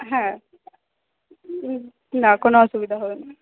হ্যাঁ না কোনো অসুবিধা হবে না